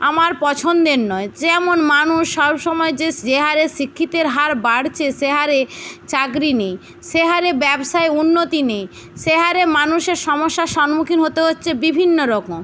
আমার পছন্দের নয় যেমন মানুষ সবসময় যে যে হারে শিক্ষিতের হার বাড়ছে সে হারে চাকরি নেই সে হারে ব্যবসায় উন্নতি নেই সে হারে মানুষের সমস্যার সম্মুখীন হতে হচ্ছে বিভিন্ন রকম